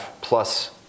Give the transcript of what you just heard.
plus